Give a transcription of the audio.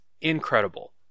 incredible